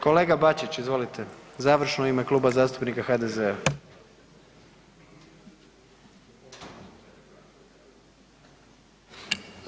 Kolega Bačić, izvolite završno u ime Kluba zastupnika HDZ-a.